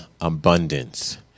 abundance